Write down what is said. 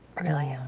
really ah